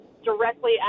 directly